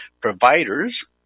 providers